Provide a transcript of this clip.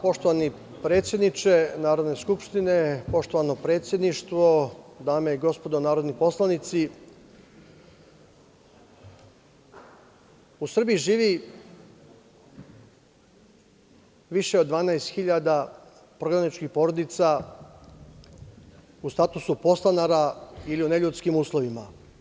Poštovani predsedniče Narodne skupštine, poštovano predsedništvo, dame i gospodo narodni poslanici, u Srbiji živi više od 12000 prognaničkih porodica u statusu podstanara ili u neljudskim uslovima.